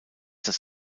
das